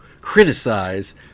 criticize